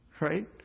right